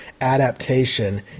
adaptation